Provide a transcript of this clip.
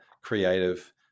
Creative